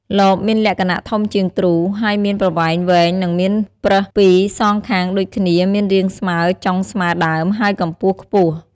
លបមានលក្ខណៈធំជាងទ្រូ ហើយមានប្រវែងវែងនិងមានប្រឹសពីរសងខាងដូចគ្នាមានរាងស្មើចុងស្មើដើមហើយកម្ពស់ខ្ពស់។